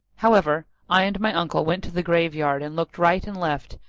however, i and my uncle went to the grave yard and looked right and left,